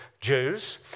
Jews